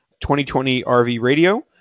2020RVRadio